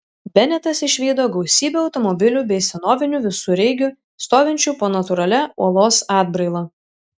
benetas išvydo gausybę automobilių bei senovinių visureigių stovinčių po natūralia uolos atbraila